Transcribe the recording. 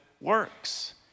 works